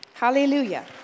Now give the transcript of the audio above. hallelujah